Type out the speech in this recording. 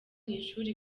ishuli